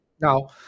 Now